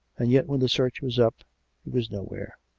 and yet, when the search was up, he was nowhere.